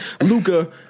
Luca